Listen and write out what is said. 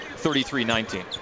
33-19